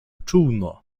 czółno